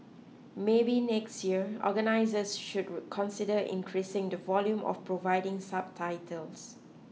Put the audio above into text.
maybe next year organisers should consider increasing the volume of providing subtitles